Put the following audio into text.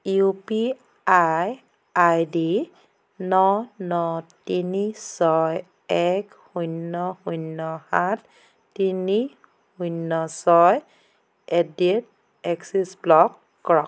U P I I D ন ন তিনি ছয় এক শূন্য শূন্য সাত তিনি শূন্য ছয় at the rate Axis block কৰক